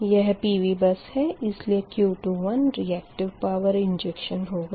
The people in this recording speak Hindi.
यह PV बस है इसलिए Q21 रीयक्टिव पावर इंजेक्शन होगा